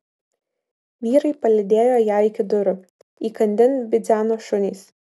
vyrai palydėjo ją iki durų įkandin bidzeno šunys